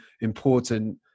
important